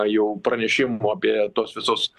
jau pranešimų apie tuos visus